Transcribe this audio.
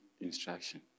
instruction